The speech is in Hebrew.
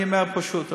אני אומר פשוט,